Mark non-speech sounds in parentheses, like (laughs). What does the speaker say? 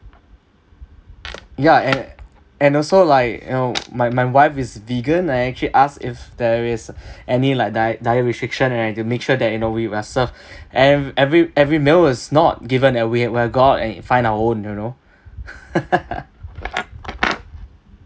ya and and also like you know my my wife is vegan I actually ask if there is (breath) any like die~ diet restriction and I have to make sure that you know we are served (breath) eve~ every every meal was not given and we uh we uh got and it find our own you know (laughs)